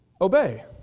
obey